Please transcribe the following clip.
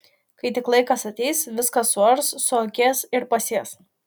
kai tik laikas ateis viską suars suakės ir pasės